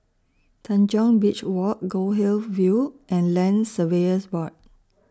Tanjong Beach Walk Goldhill View and Land Surveyors Board